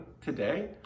today